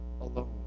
alone